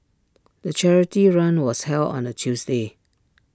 the charity run was held on A Tuesday